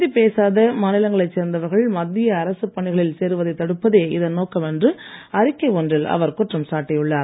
இந்தி பேசாத மாநிலங்களைச் சேர்ந்தவர்கள் மத்திய அரசுப் பணிகளில் சேருவதை தடுப்பதே இதன் நோக்கம் என்று அறிக்கை ஒன்றில் அவர் குற்றம்சாட்டியுள்ளார்